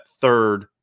third